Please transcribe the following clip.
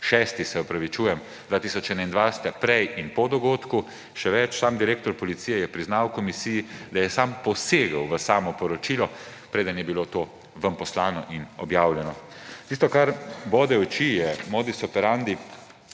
25. junij 2021, prej in po dogodku. Še več, sam direktor policije je priznal komisiji, da je sam posegal v samo poročilo, preden je bilo to vam poslano in objavljeno. Tisto, kar bode v oči, je modus operandi,